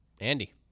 Andy